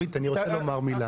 אורית, תרשי לי לומר מילה.